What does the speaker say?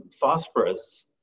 phosphorus